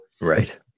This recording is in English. Right